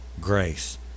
grace